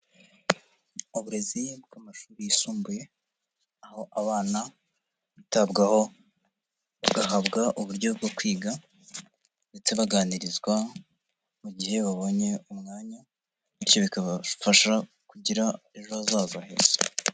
Uburezi bw'amashuri yisumbuye aho abana bitabwaho bugahabwa uburyo bwo kwiga ndetse baganirizwa mu gihe babonye umwanya bityo bikabafasha kugira ejo hazaza heza.